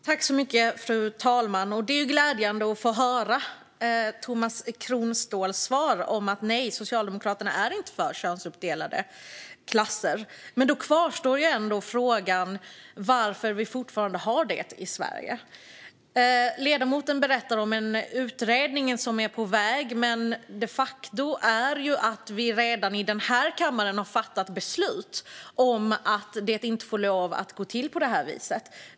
Fru talman! Det är glädjande att få höra Tomas Kronståhls svar. Nej, Socialdemokraterna är inte för könsuppdelade klasser. Men då kvarstår frågan varför vi fortfarande har det i Sverige. Ledamoten berättar om en utredning som är på väg. Men faktum är att vi redan har fattat beslut i denna kammare om att det inte får gå till på det här viset.